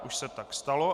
Už se tak stalo.